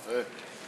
יפה.